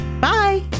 Bye